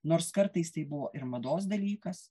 nors kartais tai buvo ir mados dalykas